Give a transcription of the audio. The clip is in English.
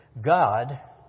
God